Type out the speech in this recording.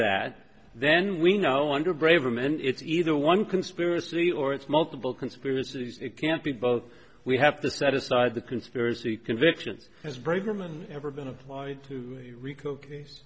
that then we know under braverman it's either one conspiracy or it's multiple conspiracies it can't be both we have to set aside the conspiracy convictions as braverman ever been applied to rico case